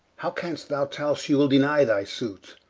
how canst thou tell she will deny thy suite,